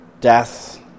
death